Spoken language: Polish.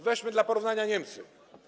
Weźmy dla porównania Niemcy.